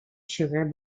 sugar